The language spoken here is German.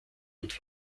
und